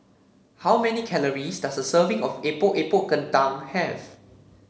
how many calories does a serving of Epok Epok Kentang have